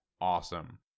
awesome